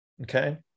Okay